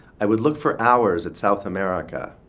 i would look for hours at south america,